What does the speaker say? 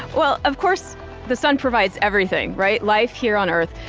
well, of course the sun provides everything, right? life here on earth,